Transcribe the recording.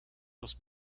los